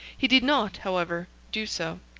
he did not, however, do so.